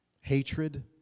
hatred